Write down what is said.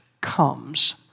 comes